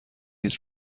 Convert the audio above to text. لیتر